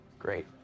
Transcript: Great